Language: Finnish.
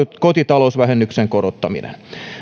kotitalousvähennyksen korottaminen